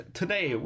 today